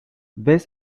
ves